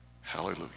Hallelujah